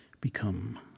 become